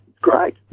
Great